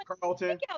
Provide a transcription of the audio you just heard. Carlton